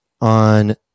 on